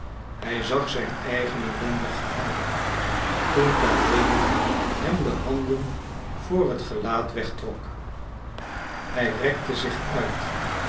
hij zag zijn eigen ellendige houding toen karenin hem de handen voor het gelaat wegtrok hij rekte zich uit